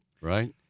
right